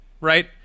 right